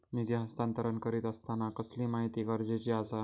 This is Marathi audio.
निधी हस्तांतरण करीत आसताना कसली माहिती गरजेची आसा?